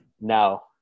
No